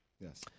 Yes